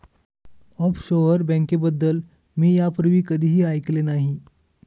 offshore बँकेबद्दल मी यापूर्वी कधीही ऐकले नाही